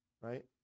right